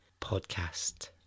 podcast